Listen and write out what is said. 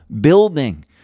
building